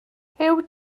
huw